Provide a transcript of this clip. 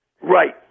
Right